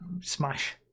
smash